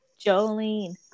Jolene